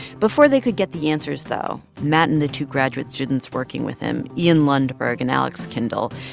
before they could get the answers, though, matt and the two graduate students working with him, ian lundberg and alex kindel,